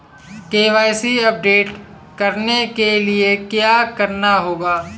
KYC update करने के लिए क्या करना होगा?